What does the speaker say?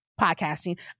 podcasting